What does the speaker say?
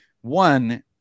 One